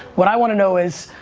what i want to know is,